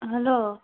hello